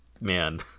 man